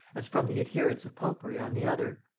as from the adherents of popery on the other.